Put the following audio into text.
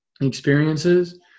experiences